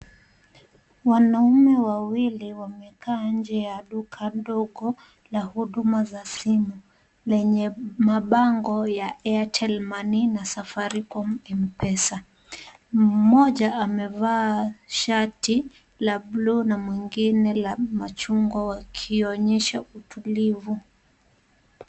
Wanaume wawili wamekaa nje ya duka ndogo la huduma za simu, lenye mabango ya Airtel Money na Safaricom M-pesa. Mmoja amevaa shati la blue na mwingine la machungwa wakionyesha utulivu.